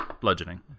bludgeoning